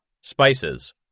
Spices